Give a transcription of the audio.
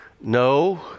no